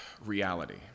reality